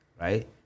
Right